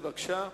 בבקשה.